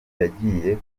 yagiye